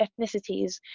ethnicities